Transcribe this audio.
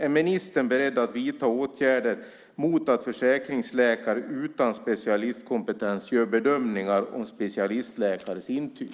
Är ministern beredd att vidta åtgärder mot att försäkringsläkare utan specialistkompetens gör bedömningar av specialistläkares intyg?